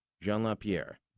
Jean-Lapierre